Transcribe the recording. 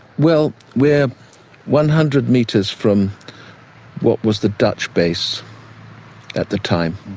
well, we're one hundred metres from what was the dutch base at the time,